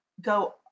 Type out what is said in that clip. go